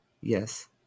Yes